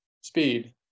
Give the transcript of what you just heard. speed